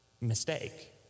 mistake